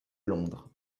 londres